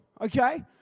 okay